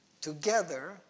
Together